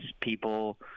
people